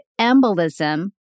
embolism